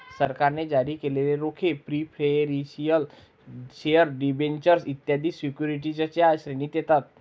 सरकारने जारी केलेले रोखे प्रिफरेंशियल शेअर डिबेंचर्स इत्यादी सिक्युरिटीजच्या श्रेणीत येतात